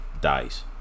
dies